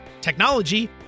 technology